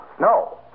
No